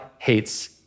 hates